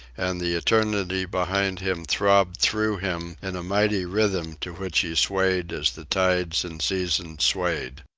and the eternity behind him throbbed through him in a mighty rhythm to which he swayed as the tides and seasons swayed.